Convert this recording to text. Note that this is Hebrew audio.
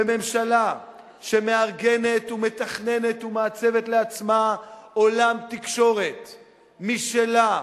בממשלה שמארגנת ומתכננת ומעצבת לעצמה עולם תקשורת משלה,